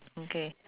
okay